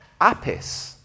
Apis